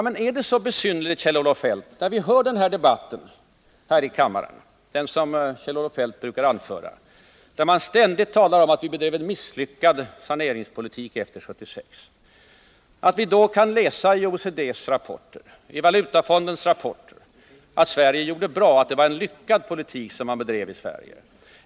Men är det så besynnerligt, Kjell-Olof Feldt, att vi gör det när vi hör den debatt här i kammaren som Kjell-Olof Feldt brukar föra, där man ständigt talar om att vi bedrev en misslyckad saneringspolitik efter 1976? Vi kan då läsa i OECD:s och Valutafondens rapporter att Sverige gjorde det bra, att det var en lyckad politik man bedrev i Sverige.